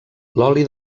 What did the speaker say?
l’oli